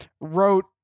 wrote